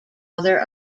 father